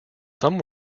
some